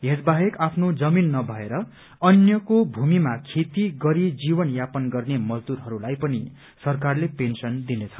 यस बाहेक आफ्नो जमीन नभएर अन्यको भूमिमा खेती गरी जीवन यापन गर्ने मजदूरहरूलाई पनि सरकारले पेन्शन दिनेछ